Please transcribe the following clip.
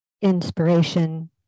inspiration